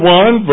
one